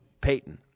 Payton